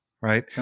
right